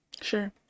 Sure